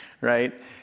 right